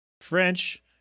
French